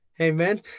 Amen